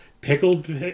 Pickled